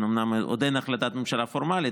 אומנם עוד אין החלטת ממשלה פורמלית,